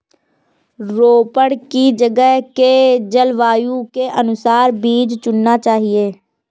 रोपड़ की जगह के जलवायु के अनुसार बीज चुनना चाहिए